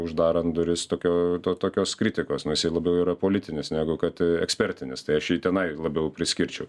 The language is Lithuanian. uždarant duris tokio to tokios kritikos nu jisai labiau yra politinis negu kad ekspertinis tai aš jį tenai labiau priskirčiau